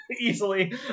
easily